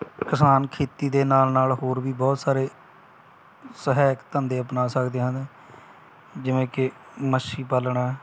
ਕਿਸਾਨ ਖੇਤੀ ਦੇ ਨਾਲ ਨਾਲ ਹੋਰ ਵੀ ਬਹੁਤ ਸਾਰੇ ਸਹਾਇਕ ਧੰਦੇ ਅਪਣਾ ਸਕਦੇ ਹਨ ਜਿਵੇਂ ਕਿ ਮੱਛੀ ਪਾਲਣਾ